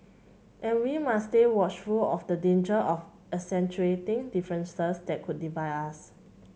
and we must stay watchful of the danger of accentuating differences that could divide us